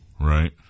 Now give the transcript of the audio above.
Right